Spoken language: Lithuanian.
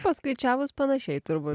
paskaičiavus panašiai turbūt